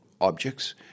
objects